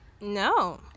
No